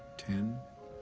ten.